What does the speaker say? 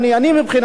מבחינתי,